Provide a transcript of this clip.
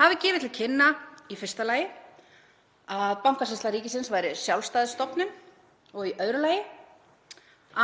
hafi gefið til kynna í fyrsta lagi að Bankasýsla ríkisins væri sjálfstæð stofnun og í öðru lagi